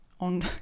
on